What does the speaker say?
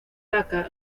vaca